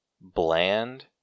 bland